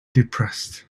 depressed